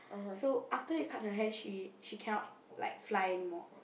so after he cut her hair she cannot like she cannot fly anymore